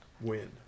win